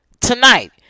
Tonight